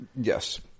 Yes